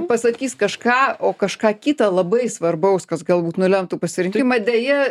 pasakys kažką o kažką kitą labai svarbaus kas galbūt nulemtų pasirinkimą deja